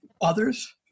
others